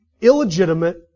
Illegitimate